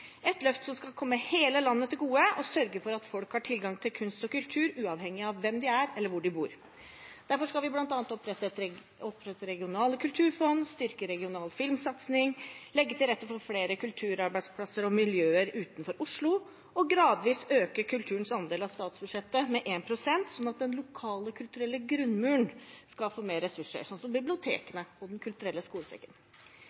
et løft som skal komme hele landet til gode og sørge for at folk har tilgang til kunst og kultur, uavhengig av hvem de er, eller hvor de bor. Derfor skal vi bl.a. opprette regionale kulturfond, styrke regional filmsatsing, legge til rette for flere kulturarbeidsplasser og -miljøer utenfor Oslo og gradvis øke kulturens andel av statsbudsjettet med 1 pst., sånn at den lokale kulturelle grunnmuren skal få mer ressurser, som